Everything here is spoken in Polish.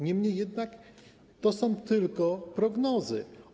Niemniej jednak to są tylko prognozy.